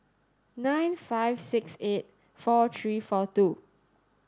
nine five six eight four three four two